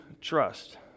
trust